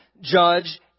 judge